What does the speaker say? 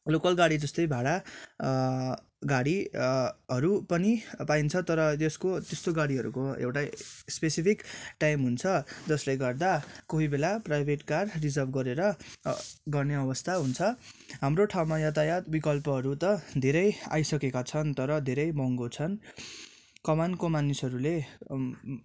local गाडी जस्तै भाडा गाडी हरू पनि पाइन्छ तर त्यसको त्यस्तो गाडीहरूको एउटै इस्पेसिफिक टाइम हुन्छ जसले गर्दा कोही बेला प्राइभेट कार रिजर्ब गरेर गर्ने अवस्था हुन्छ हाम्रो ठाउँमा यातायात विकल्पहरू त धेरै आइसकेका छन् तर धेरै महँगो छन् कमानको मानिसहरूले